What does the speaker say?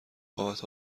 بابت